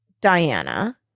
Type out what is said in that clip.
Diana